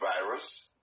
virus